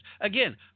Again